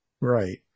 Right